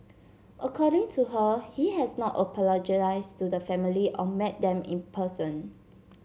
according to her he has not apologised to the family or met them in person